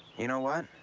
you know what?